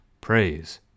Praise